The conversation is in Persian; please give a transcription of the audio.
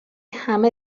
همه